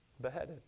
beheaded